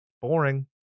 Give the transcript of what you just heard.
boring